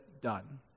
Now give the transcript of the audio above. done